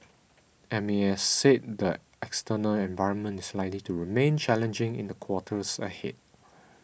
M A S said the external environment is likely to remain challenging in the quarters ahead